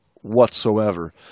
whatsoever